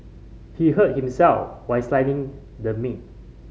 he hurt himself while slicing the meat